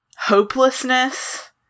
hopelessness